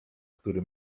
który